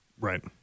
Right